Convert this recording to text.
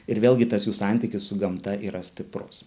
ir vėlgi tas jų santykis su gamta yra stiprus